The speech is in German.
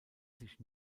sich